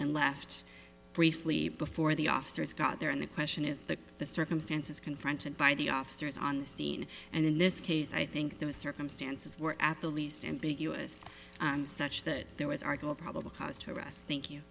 and left briefly before the officers got there and the question is that the circumstances confronted by the officers on the scene and in this case i think those circumstances were at the least in big us such that there was argo probable cause to arrest think you